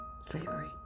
slavery